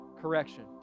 correction